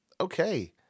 Okay